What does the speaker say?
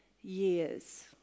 years